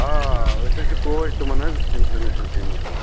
آ آ أسۍ حظ چھِ کوچ تِمَن حظ اِنٹَرنیشنَل ٹیٖمَس حظ